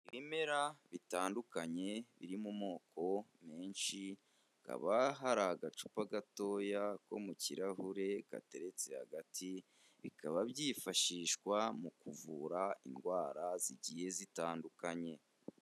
Ibimera bitandukanye biri mu moko menshi, hakaba hari agacupa gatoya ko mu kirahure gateretse hagati, bikaba byifashishwa mu kuvura indwara zigiye zitandukanye.